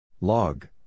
Log